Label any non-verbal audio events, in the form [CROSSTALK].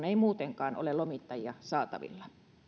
[UNINTELLIGIBLE] ei muutenkaan ole lomittajia saatavilla